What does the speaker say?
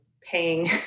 paying